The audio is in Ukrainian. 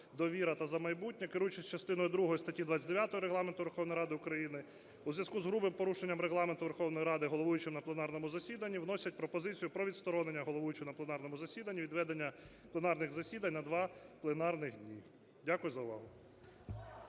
Дякую за увагу.